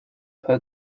per